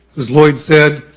as lloyd said,